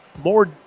more